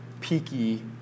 peaky